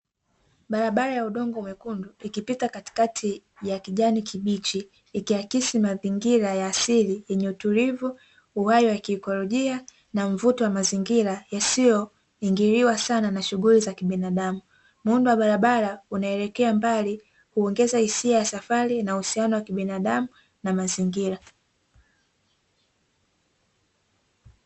Barabara ya udongo mwekundu ikipita katikati ya kijani kibichi ikiakisi mazingira ya asili, yenye utulivu, uhai wa kiekolojia, na mvuto wa mazingira usio ingiliwa sana na shughuli za kibinadamu. Muundo wa barabara unaelekea mbali, huongeza hisia ya safari na uhusiano wa kibinadamu na mazingira.